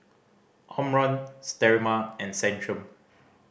Omron Sterimar and Centrum